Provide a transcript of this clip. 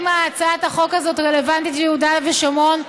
הצעת החוק הזאת רלוונטית ביהודה ושומרון,